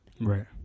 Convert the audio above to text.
Right